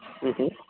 ಹ್ಞೂ ಹ್ಞೂ